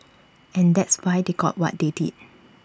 and that's why they got what they did